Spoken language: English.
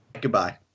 Goodbye